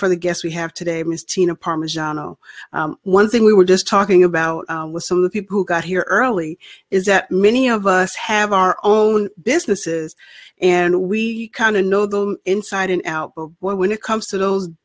for the guess we have today ms tina parmigiano one thing we were just talking about with some of the people who got here early is that many of us have our own businesses and we kind of know those inside and out where when it comes to those